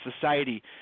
society